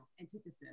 antithesis